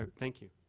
ah thank you,